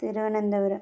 Thiruvananthapuram